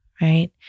right